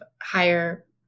higher